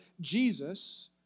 Jesus